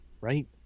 right